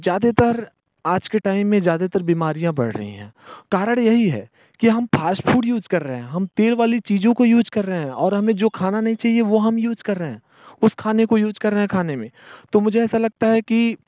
ज़्यादातर आज के टाइम में ज़्यादातर बीमारियाँ बढ़ रही हैं कारण यही है कि हम फास्ट फूड यूज कर रहें हम तेल वाली चीज़ों को यूज कर रहे हैं और हमें जो खाना नहीं चाहिए वो हम यूज कर रहें उस खाने को यूज कर रहे हैं खाने में तो मुझे ऐसा लगता है कि